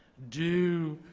do